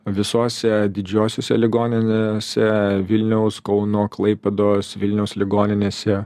visose didžiosiose ligoninėse vilniaus kauno klaipėdos vilniaus ligoninėse